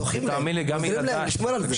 אז צריך לשמור על זה.